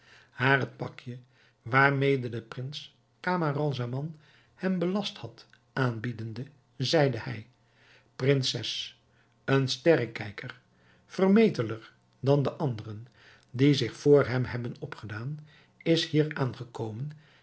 haar het pakje waarmede de prins camaralzaman hem belast had aanbiedende zeide hij prinses een sterrekijker vermeteler dan de anderen die zich vr hem hebben opgedaan is hier aangekomen